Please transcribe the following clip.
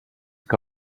que